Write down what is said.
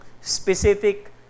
specific